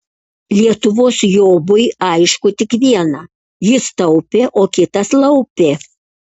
lietuvos jobui aišku tik viena jis taupė o kitas laupė